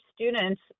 students